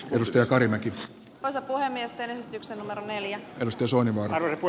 edustaja kari mäki aaltokonemiesten esityksen olevan neljän omistus on varpu